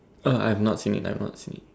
I'm not finish I'm not finish